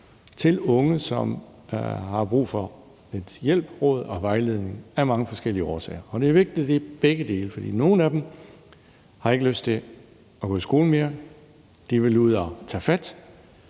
til unge, der har brug for lidt hjælp, råd og vejledning af mange forskellige årsager. Det er vigtigt, at det er begge dele, for nogle af dem har ikke lyst til at gå i skole mere; de vil ud at tage fat.